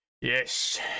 Yes